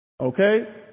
Okay